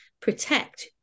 Protect